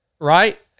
right